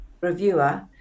reviewer